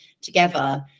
together